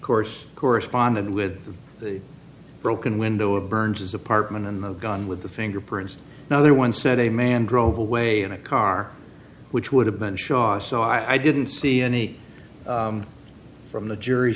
course corresponded with the broken window of burns's apartment and the gun with the fingerprints another one said a man drove away in a car which would have been shot so i didn't see any from the jury